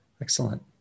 Excellent